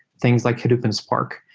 things like hadoop and spark.